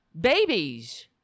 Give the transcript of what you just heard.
babies